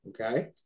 okay